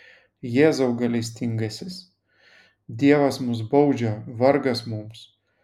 jėzau gailestingasis dievas mus baudžia vargas mums